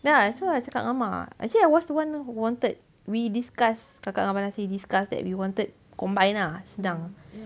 then ah that's why lah I cakap dengan mak actually I was the one who wanted we discussed kakak dengan abang nasir discussed that we wanted combined ah senang